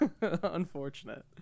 unfortunate